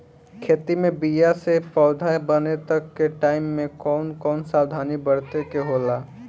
खेत मे बीया से पौधा बने तक के टाइम मे कौन कौन सावधानी बरते के होला?